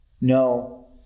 No